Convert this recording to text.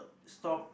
stop